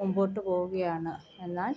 മുമ്പോട്ട് പോവുകയാണ് എന്നാൽ